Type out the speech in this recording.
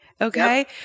Okay